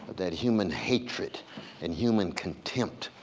that human hated and human contempt